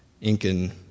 Incan